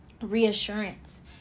reassurance